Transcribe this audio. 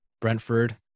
Brentford